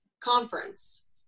conference